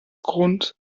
grund